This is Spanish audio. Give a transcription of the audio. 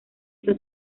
esto